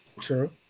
true